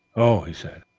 oh, he said,